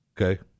Okay